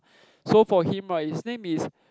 so for him right his name is